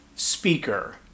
speaker